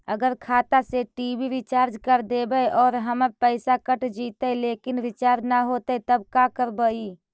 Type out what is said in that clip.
अगर खाता से टी.वी रिचार्ज कर देबै और हमर पैसा कट जितै लेकिन रिचार्ज न होतै तब का करबइ?